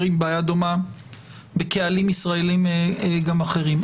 עם בעיה דומה בקהלים ישראלים גם אחרים.